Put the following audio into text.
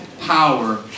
power